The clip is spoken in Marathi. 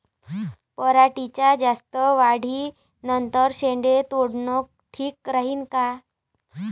पराटीच्या जास्त वाढी नंतर शेंडे तोडनं ठीक राहीन का?